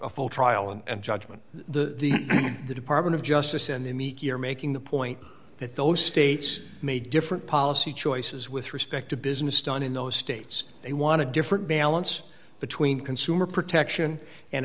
a full trial and judgment the the department of justice and the meat you're making the point that those states made different policy choices with respect to business done in those states they want to different balance between consumer protection and